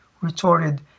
retorted